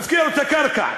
מפקיע לו את הקרקע,